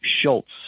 Schultz